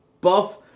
buff